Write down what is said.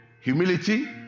Humility